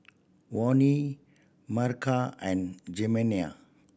Vonnie Mercer and Jimena